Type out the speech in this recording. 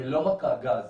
לא רק הגז